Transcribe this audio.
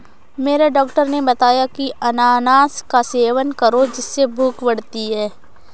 मेरे डॉक्टर ने बताया की अनानास का सेवन करो जिससे भूख बढ़ती है